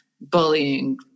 Bullying